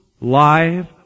live